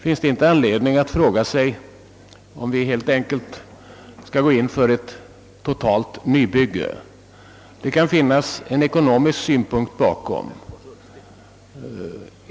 Finns det inte anledning att fråga sig, om vi inte helt enkelt skall gå in för ett nybygge? Det kan finnas även ekonomiska skäl för det.